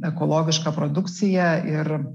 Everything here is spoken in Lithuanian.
ekologišką produkciją ir